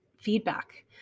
feedback